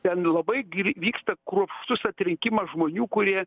ten labai gri vyksta kruopštus atrinkimas žmonių kurie